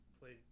played